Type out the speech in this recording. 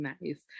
nice